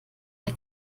der